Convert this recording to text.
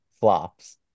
flops